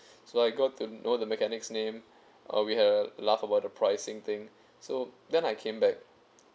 so I got to know the mechanics name err we had a laugh about the pricing thing so then I came back